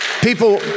people